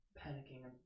panicking